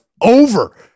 over